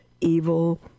evil